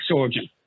surgeon